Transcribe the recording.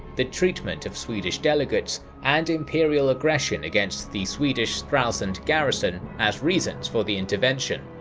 the treatment of swedish delegates, and imperial aggression against the swedish stralsund garrison as reasons for the intervention.